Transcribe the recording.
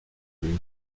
lui